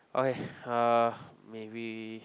okay uh maybe